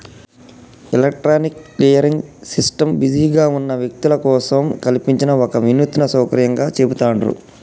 electronic clearing system బిజీగా ఉన్న వ్యక్తుల కోసం కల్పించిన ఒక వినూత్న సౌకర్యంగా చెబుతాండ్రు